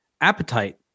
appetite